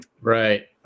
right